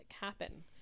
happen